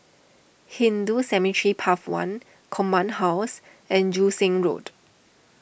Hindu Cemetery Path one Command House and Joo Seng Road